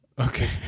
Okay